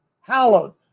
Hallowed